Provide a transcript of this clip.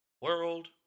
world